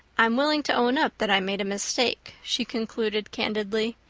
i'm willing to own up that i made a mistake, she concluded candidly,